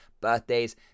birthdays